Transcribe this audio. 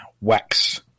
wax